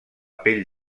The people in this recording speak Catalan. pell